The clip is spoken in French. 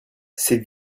c’est